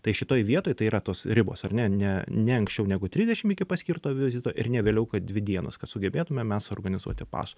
tai šitoj vietoj tai yra tos ribos ar ne ne ne ankščiau negu trisdešim iki paskirto vizito ir ne vėliau kaip dvi dienos kad sugebėtume mes suorganizuoti pas